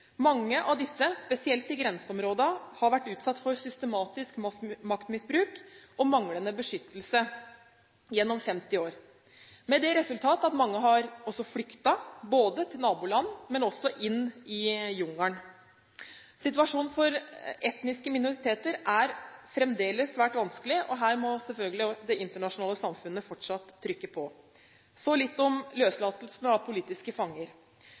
Mange av disse, spesielt i grenseområdene, har vært utsatt for systematisk maktmisbruk og manglende beskyttelse gjennom 50 år, med det resultat at mange har flyktet til nabolandene, men også inn i jungelen. Situasjonen for etniske minoriteter er fremdeles svært vanskelig, og her må selvfølgelig det internasjonale samfunnet fortsatt trykke på. Så litt om løslatelsen av politiske fanger: